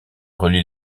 relie